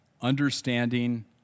understanding